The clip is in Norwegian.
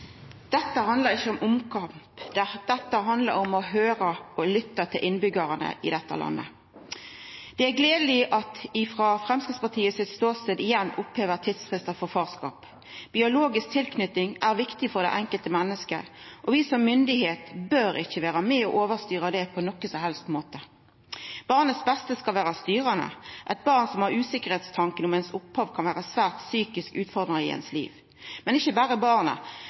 Dette handlar ikkje om ein omkamp; dette handlar om å lytta til innbyggjarane i dette landet. Det er gledeleg frå Framstegspartiets ståstad at ein igjen opphevar tidsfristar for farskap. Biologisk tilknyting er viktig for det enkelte mennesket, og vi som myndigheit bør ikkje vera med og overstyra det på nokon som helst måte. Barnets beste skal vera styrande. Det å ha ein usikkerheitstanke om sitt opphav, kan vera psykisk utfordrande for barnet. Ikkje berre for barna,